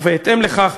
ובהתאם לכך,